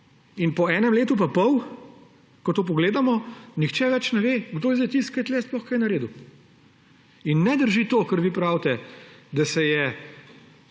Po enem letu pa pol, ko to pogledamo, nihče več ne ve, kdo je zdaj tisti, ki je tukaj sploh kaj naredil. In ne drži to, kar vi pravite, da se je